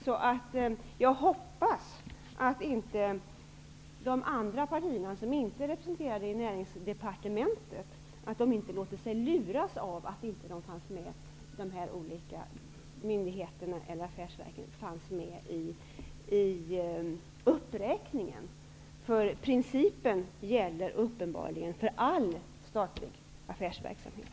Så jag hoppas att de regeringspartier som inte är representerade i Näringsdepartementet inte låter sig luras av att vissa myndigheter och affärsverk inte fanns med i uppräkningen, för principen gäller uppenbarligen all statlig affärsverksamhet.